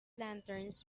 lanterns